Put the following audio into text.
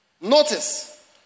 Notice